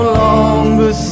longer